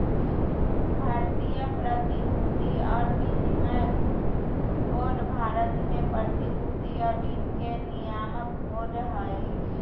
भारतीय प्रतिभूति और विनिमय बोर्ड भारत में प्रतिभूति और वित्त के नियामक बोर्ड हइ